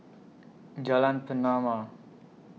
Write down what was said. Jalan Pernama